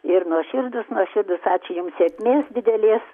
ir nuoširdus nuoširdus ačiū jums sėkmės didelės